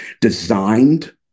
designed